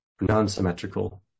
non-symmetrical